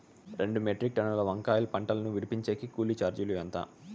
రెండు మెట్రిక్ టన్నుల వంకాయల పంట ను విడిపించేకి కూలీ చార్జీలు ఎంత?